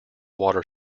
water